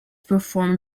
performed